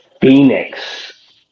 Phoenix